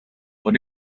what